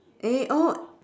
any oh